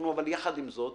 אבל יחד עם זאת,